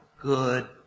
good